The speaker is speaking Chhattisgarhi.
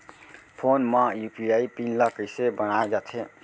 फोन म यू.पी.आई पिन ल कइसे बनाये जाथे?